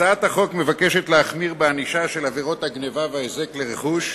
הצעת החוק נועדה להחמיר בענישה על עבירות גנבה והיזק לרכוש,